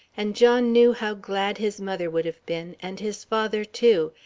and john knew how glad his mother would have been and his father too,